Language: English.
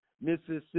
mississippi